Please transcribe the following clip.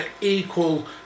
equal